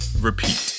repeat